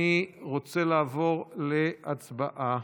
אני רוצה לעבור להצבעה.